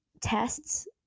tests